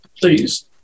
please